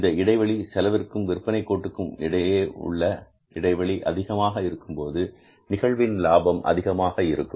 இந்த இடைவெளி செலவிற்கும் விற்பனை கோட்டுக்கும் இடையே உள்ள இடைவெளி அதிகமாக இருக்கும்போது நிகழ்வின் லாபம் அதிகமாக இருக்கும்